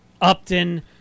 Upton